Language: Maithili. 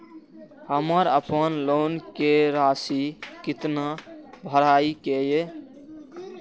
हमर अपन लोन के राशि कितना भराई के ये?